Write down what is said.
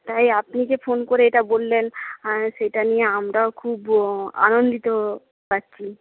তাই আপনি যে ফোন করে এটা বললেন সেটা নিয়ে আমরাও খুব আনন্দিত পাচ্ছি